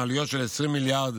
עם עלויות של 20 מיליארד